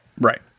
Right